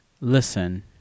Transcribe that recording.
Listen